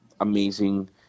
amazing